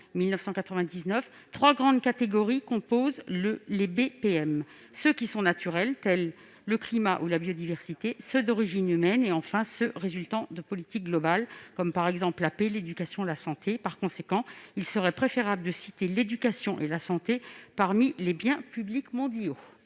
de 1999, trois grandes catégories composent les BPM : ceux qui sont naturels tels que le climat ou la biodiversité, ceux qui sont d'origine humaine, enfin, ceux qui résultent de politiques globales, comme la paix, l'éducation et la santé. Par conséquent, il serait préférable de citer l'éducation et la santé parmi les biens publics mondiaux.